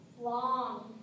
long